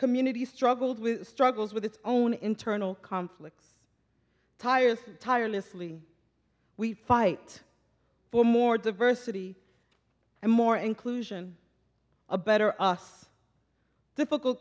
community struggles with struggles with its own internal conflict tires tirelessly we fight for more diversity and more inclusion a better us difficult